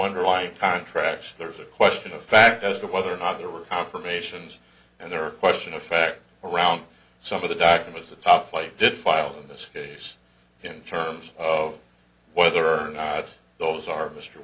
underlying contracts there's a question of fact as to whether or not there were confirmations and there are a question of fact around some of the documents the top flight did file in this case in terms of whether or not those are m